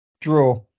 Draw